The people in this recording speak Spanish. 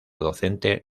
docente